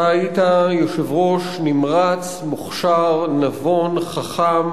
אתה היית יושב-ראש נמרץ, מוכשר, נבון, חכם,